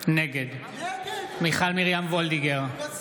נגד מיכל מרים וולדיגר,